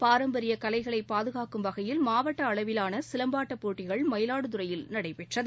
பாரம்பரியகலைகளைபாதுகாக்கும் வகையில் மாவட்டஅளவிலானசிலம்பாட்டப் போட்டிகள் மயிலாடுதுறையில் நடைபெற்றது